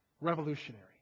revolutionary